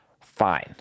Fine